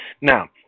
Now